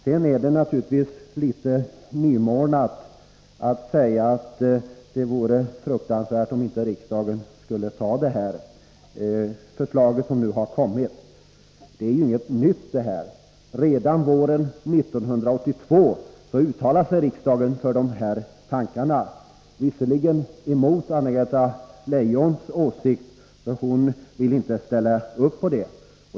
Det är naturligtvis litet nymornat att säga att det vore fruktansvärt om riksdagen inte skulle anta förslaget. Detta är ju inget nytt. Redan våren 1982 uttalade sig riksdagen för dessa tankar, låt vara att det skedde mot Anna-Greta Leijons vilja; hon ville inte ställa upp på dem.